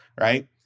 Right